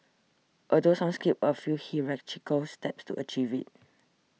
although some skipped a few hierarchical steps to achieve it